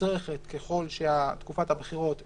שנצרכת ככל שתקופת הבחירות תקוצר.